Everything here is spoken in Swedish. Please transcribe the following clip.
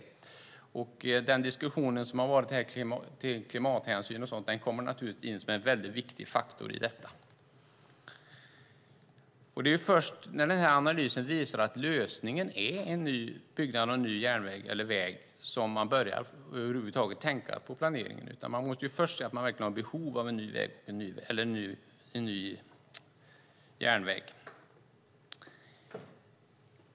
Den diskussion som har förts här om klimathänsyn och så vidare kommer naturligtvis in som en mycket viktig faktor i detta. Det är först när den här analysen visar att lösningen är byggande av en ny järnväg eller väg som man över huvud taget börjar tänka på planeringen. Man måste först se att man verkligen har behov av en ny väg eller en ny järnväg.